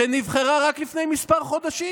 שנבחרה רק לפני כמה חודשים,